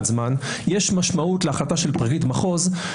שגם במישור הזה מה שמבסס ברף הזה עומד.